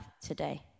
today